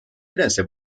enese